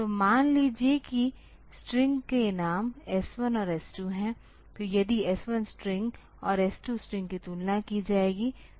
तो मान लीजिए कि स्ट्रिंग के नाम S1 और S2 हैं तो यदि S1 स्ट्रिंग और S2 स्ट्रिंग की तुलना की जाएगी